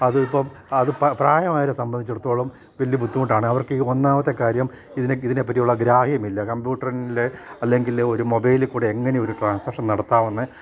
അതി ഇപ്പം അത് പ്രായമായരെെ സംബന്ധിച്ചിടത്തോളം വലിയ ബുദ്ധിമുട്ടാണ് അവർക്ക് ഒന്നാമത്തെ കാര്യം ഇതിനെ ഇതിനെപ്പറ്റിയുള്ള ഗ്രാഹ്യമില്ല കമ്പ്യൂട്ടറിൽ അല്ലെങ്കിൽ ഒരു മൊബൈല കൂടെ എങ്ങനെയാണ് ഒരു ട്രാൻസാക്ഷൻ നടത്താവുന്നത്